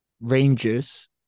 Rangers